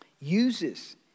uses